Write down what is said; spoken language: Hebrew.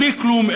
בלי כלום,